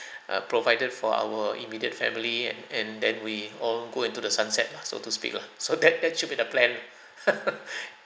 uh provided for our immediate family and then we all go into the sunset lah so to speak lah so that that should be the plan lah